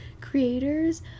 creators